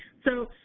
so